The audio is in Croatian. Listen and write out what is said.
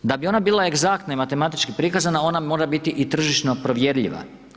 Da bi ona bila egzaktna i matematički prikazana ona mora biti i tržišno provjerljiva.